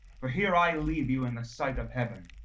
for here i leave you in the sight of heaven,